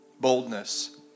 boldness